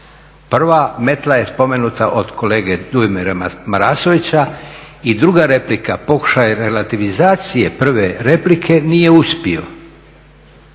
Prva metla je spomenuta od kolege Dujomira Marasovića i druga replika pokušaj relativizacije prve replike nije uspio.